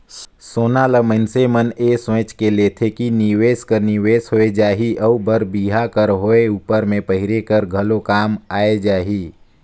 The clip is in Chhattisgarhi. सोना ल मइनसे मन ए सोंएच के लेथे कि निवेस कर निवेस होए जाही अउ बर बिहा कर होए उपर में पहिरे कर घलो काम आए जाही